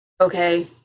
okay